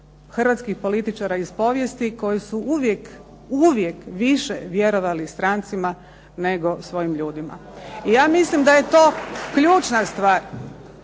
hrvatskih političara iz povijesti koji su uvijek više vjerovali strancima nego svojim ljudima. Ja mislim da je to ključna stvar.